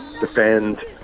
defend